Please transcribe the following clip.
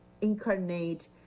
incarnate